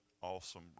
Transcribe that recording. awesome